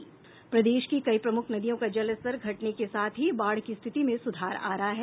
प्रदेश की कई प्रमुख नदियों का जलस्तर घटने के साथ ही बाढ़ की स्थिति में सुधार आ रहा है